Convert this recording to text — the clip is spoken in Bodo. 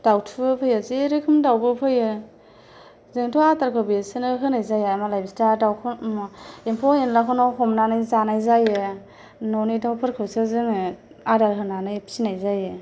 दाउथुबो फैयो जे रोखोम दाउबो फैयो जोंथ' आदारखौ बिसोरनो होनाय जाया मालाय बिसोरना दाउफोर एम्फौ एनलाखौनो हमनानै जानाय जायो न'नि दाउफोरखौसो जोङो आदार होनानै फिसिनाय जायो